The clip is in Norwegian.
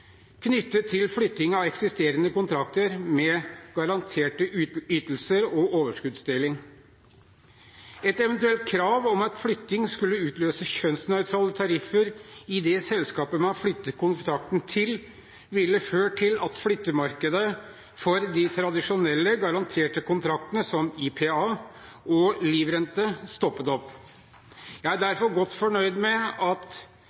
knyttet til flytting av eksisterende kontrakter med garanterte ytelser og overskuddsdeling. Et eventuelt krav om at flytting skulle utløse kjønnsnøytrale tariffer i det selskapet man flytter kontrakten til, ville ført til at flyttemarkedet for de tradisjonelle, garanterte kontraktene som IPA og livrente stoppet opp. Jeg er derfor godt fornøyd med at